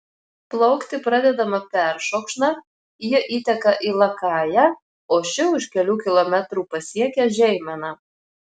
plaukti pradedama peršokšna ji įteka į lakają o ši už kelių kilometrų pasiekia žeimeną